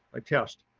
i test.